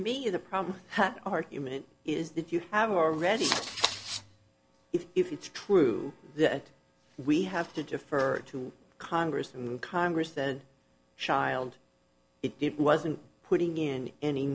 the problem the argument is that you have already if if it's true that we have to defer to congress and congress the schild it wasn't putting in any